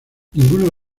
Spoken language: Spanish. ninguna